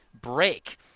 break